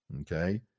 Okay